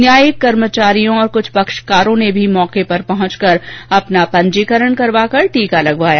न्यायिक कर्मचारियों और कुछ पक्षकारों ने भी मौके पर पहुंचकर पंजीकरण करवाया और टीका लगावाया